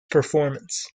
performance